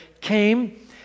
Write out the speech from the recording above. came